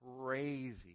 crazy